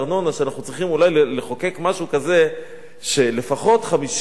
ואנחנו צריכים אולי לחוקק משהו כזה: לפחות ב-50%